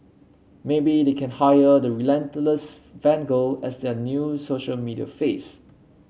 maybe they can hire the relentless fan girl as their new social media face